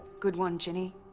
good one ginny,